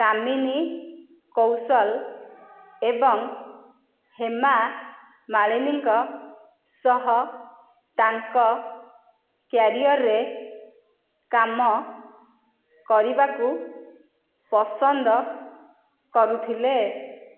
କାମିନୀ କୌଶଲ ଏବଂ ହେମା ମାଲିନୀଙ୍କ ସହ ତାଙ୍କ କ୍ୟାରିଅର୍ରେ କାମ କରିବାକୁ ପସନ୍ଦ କରୁଥିଲେ